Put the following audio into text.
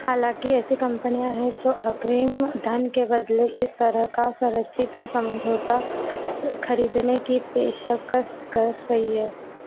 हालाँकि ऐसी कंपनियाँ हैं जो अग्रिम धन के बदले इस तरह का संरचित समझौता खरीदने की पेशकश कर रही है